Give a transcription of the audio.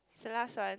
is a last one